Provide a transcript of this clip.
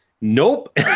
nope